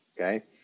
Okay